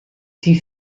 die